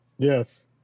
Yes